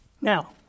Now